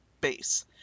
base